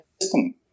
system